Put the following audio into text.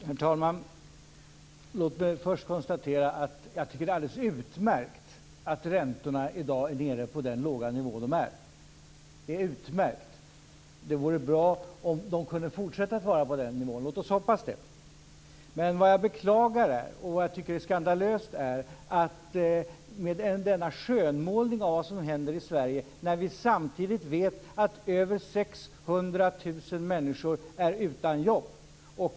Herr talman! Låt mig först konstatera att jag tycker att det är alldeles utmärkt att räntorna i dag är nere på den låga nivå som de är. Det är utmärkt, och det vore bra om de kunde fortsätta att vara på den nivån. Låt oss hoppas det! Men vad jag beklagar, och vad jag tycker är skandalöst, är denna skönmålning av vad som händer i Sverige när vi samtidigt vet att över 600 000 människor är utan jobb.